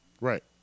Right